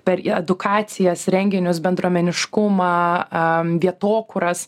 per į edukacijas renginius bendruomeniškumą am vietokūras